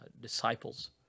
disciples